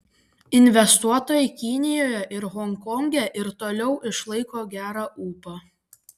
investuotojai kinijoje ir honkonge ir toliau išlaiko gerą ūpą